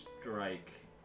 strike